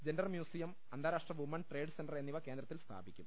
ജെന്റർ museum അന്താ രാഷ്ട്ര woman trade centre എന്നിവ കേന്ദ്രത്തിൽ സ്ഥാപിക്കും